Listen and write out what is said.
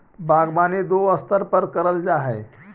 बागवानी दो स्तर पर करल जा हई